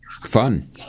Fun